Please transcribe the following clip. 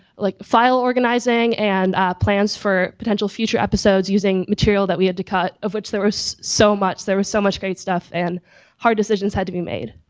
like file organizing and plans for potential future episodes using material that we had to cut of which there was so much there was so much great stuff and hard decisions had to be made.